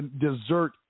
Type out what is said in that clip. dessert